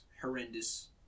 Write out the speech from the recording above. horrendous